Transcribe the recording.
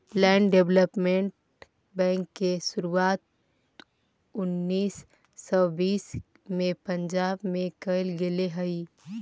land development bank के शुरुआत उन्नीस सौ बीस में पंजाब में कैल गेले हलइ